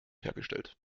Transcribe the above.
hergestellt